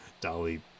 Dolly